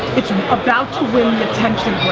it's about to win the attention